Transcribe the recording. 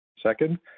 Second